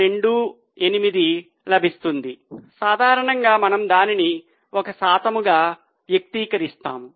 28 లభిస్తుంది సాధారణంగా మనము దానిని ఒక శాతంగా వ్యక్తీకరిస్తాము